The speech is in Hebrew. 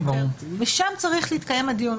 ושם צריך להתקיים דיון.